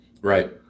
Right